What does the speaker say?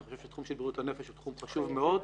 אני חושב שתחום של בריאות הנפש הוא תחום חשוב מאוד.